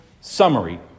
summary